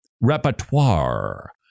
repertoire